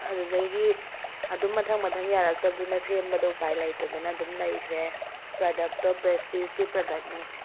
ꯑꯗꯨꯗꯒꯤ ꯑꯗꯨꯝ ꯃꯊꯪ ꯃꯊꯪ ꯌꯥꯔꯛꯇꯕꯗꯨꯅ ꯁꯦꯝꯕꯗꯨ ꯎꯄꯥꯏ ꯂꯩꯇꯗꯅ ꯑꯗꯨꯝ ꯂꯩꯈ꯭ꯔꯦ ꯄ꯭ꯔꯗꯛꯇꯣ ꯄ꯭ꯔꯦꯁꯇꯤꯁꯀꯤ ꯄ꯭ꯔꯗꯛꯅꯦ